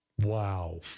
Wow